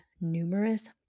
numerous